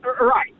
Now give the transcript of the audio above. Right